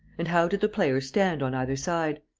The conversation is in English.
and how did the players stand on either side?